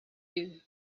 you